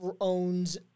owns